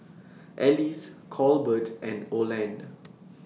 Ellis Colbert and Oland